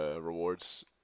rewards